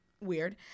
weird